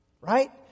Right